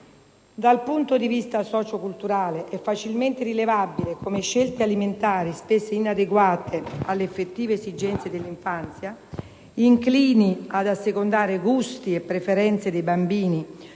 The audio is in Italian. Dal punto di vista socio-culturale è facilmente rilevabile come scelte alimentari spesso inadeguate alle effettive esigenze dell'infanzia, inclini ad assecondare gusti e preferenze dei bambini